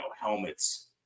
helmets